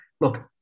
look